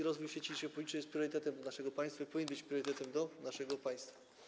Rozwój sieci ciepłowniczej jest priorytetem dla naszego państwa i powinien być priorytetem dla naszego państwa.